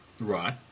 right